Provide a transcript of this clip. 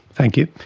thank you.